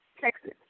Texas